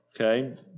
Okay